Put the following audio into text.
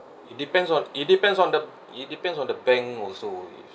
it depends on it depends on the it depends on the bank also